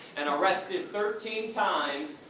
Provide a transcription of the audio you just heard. and arrested thirteen times,